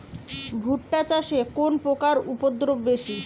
ভুট্টা চাষে কোন পোকার উপদ্রব বেশি?